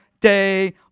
day